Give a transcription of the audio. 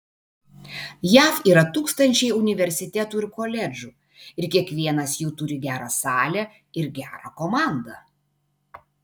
jav yra tūkstančiai universitetų ir koledžų ir kiekvienas jų turi gerą salę ir gerą komandą